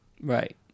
Right